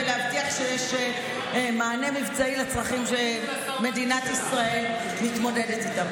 ולהבטיח שיש מענה מבצעי לצרכים שמדינת ישראל מתמודדת איתם.